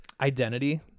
identity